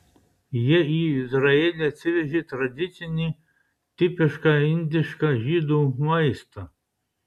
jie į izraelį atsivežė tradicinį tipišką indišką žydų maistą